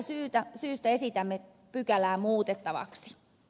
tästä syystä esitämme pykälää muutettavaksi